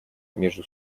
между